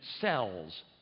cells